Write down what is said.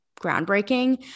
groundbreaking